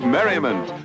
Merriment